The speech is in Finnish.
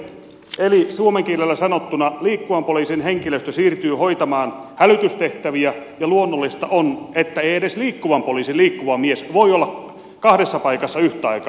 eli suomen kielellä sanottuna liikkuvan poliisin henkilöstö siirtyy hoitamaan hälytystehtäviä ja luonnollista on että ei edes liikkuvan poliisin liikkuva mies voi olla kahdessa paikassa yhtä aikaa